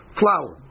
flour